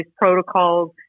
protocols